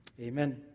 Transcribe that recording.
Amen